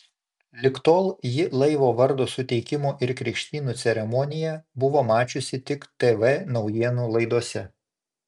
lig tol ji laivo vardo suteikimo ir krikštynų ceremoniją buvo mačiusi tik tv naujienų laidose